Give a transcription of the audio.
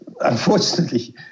unfortunately